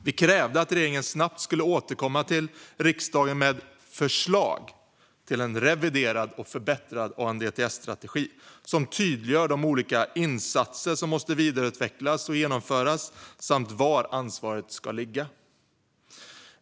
Vi krävde att regeringen snabbt skulle återkomma till riksdagen med förslag till en reviderad och förbättrad ANDTS-strategi som tydliggör de olika insatser som måste vidareutvecklas och genomföras samt var ansvaret ska ligga.